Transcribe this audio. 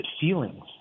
feelings